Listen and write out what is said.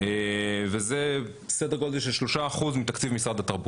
זה סדר גודל של 3% מתקציב משרד התרבות,